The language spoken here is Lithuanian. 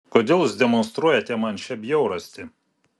kodėl jūs demonstruojate man šią bjaurastį